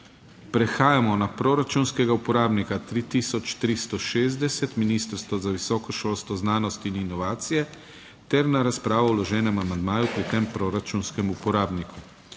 Prehajamo na proračunskega uporabnika 3360, Ministrstvo za visoko šolstvo, znanost in inovacije ter na razpravo o vloženem amandmaju pri tem proračunskem uporabniku.